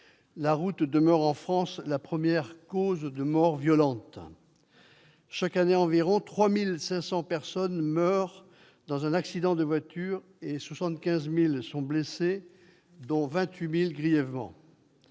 la route demeure, en France, la première cause de mort violente. Chaque année, environ 3 500 personnes meurent dans un accident de voiture et 75 000 sont blessées, dont 28 000 grièvement.